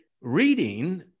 reading